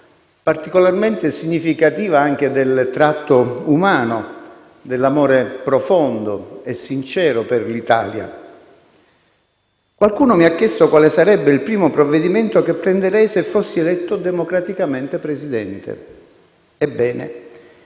particolarmente significativa anche del tratto umano e dell'amore profondo e sincero per l'Italia: «Qualcuno mi ha chiesto quale sarebbe il primo provvedimento che prenderei se fossi eletto democraticamente Presidente. Ebbene,